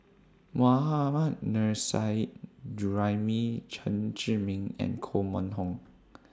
Mohammad Nurrasyid Juraimi Chen Zhiming and Koh Mun Hong